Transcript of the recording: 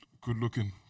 good-looking